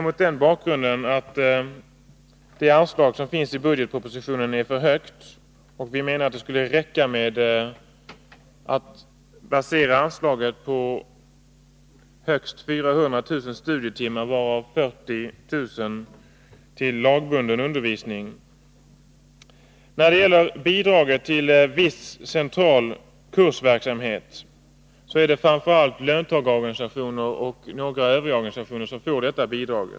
Mot den bakgrunden anser vi att det anslag som föreslås i budgetpropositionen är för högt och anser att det räcker med att basera anslaget på högst 400 000 studietimmar, varav 40 000 i lagbunden undervisning. När det gäller bidraget till viss central kursverksamhet är det framför allt löntagarorganisationer och några övriga organisationer som får detta bidrag.